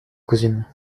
cousine